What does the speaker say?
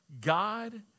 God